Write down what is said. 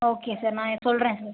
okay sir நான் சொல்கிறேன் sir